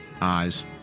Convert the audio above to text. eyes